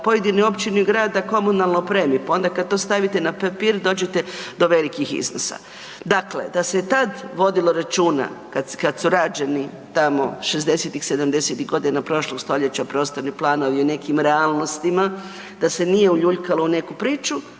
pojedine općine i grad da komunalno opremi, pa onda kad to stavite na papir dođete do velikih iznosa. Dakle, da se je tad vodilo računa kad, kad su rađeni tamo '60.-tih, 70.-tih godina prošlog stoljeća prostorni planovi u nekim realnostima da se nije uljuljkalo u neku priču